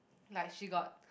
like she got